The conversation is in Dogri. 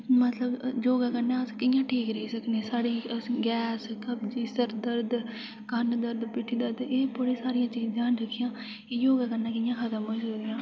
मतलब योगा कन्नै अस कि'यां ठीक रेही सकने साढ़ी गैस कब्जी सर दर्द क'न्न दर्द पिट्ठी दर्द ऐ सब बड़ी सारियां चीज़ा न जेहड़ियां योगा कन्नै कि'यां खत्म होई सकदियां